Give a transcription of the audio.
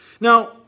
Now